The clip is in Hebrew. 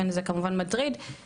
לזה זה כמובן מטריד,